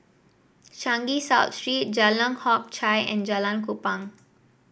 Changi South Street Jalan Hock Chye and Jalan Kupang